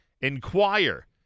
Inquire